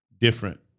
different